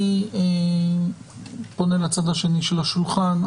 אני פונה לצד השני של השולחן.